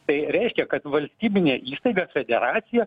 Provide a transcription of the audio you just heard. tai reiškia kad valstybinė įstaiga federacija